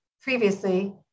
previously